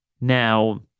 Now